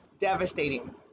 Devastating